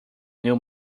new